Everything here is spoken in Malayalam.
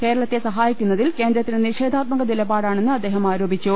കേരളത്തെ സഹാ യിക്കുന്നതിൽ കേന്ദ്രത്തിന് നിഷേധാത്മക നിലപാടാണെന്ന് അദ്ദേഹം ആരോപിച്ചു